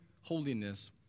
holiness